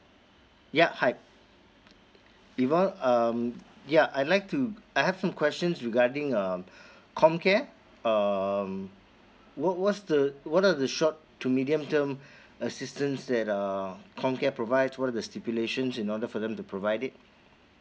ya hi um ya I like to I have some questions regarding um COMCARE um what what's the what are the short to medium term assistance that uh COMCARE provides what are the stipulations in order for them to provide it